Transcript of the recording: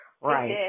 Right